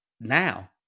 now